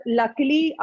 luckily